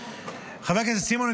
חבר הכנסת סימון,